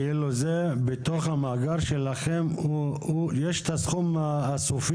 זה אומר שבתוך המאגר שלכם יש את הסכום הסופי